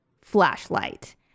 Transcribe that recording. flashlight